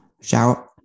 Shout